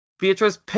Beatrice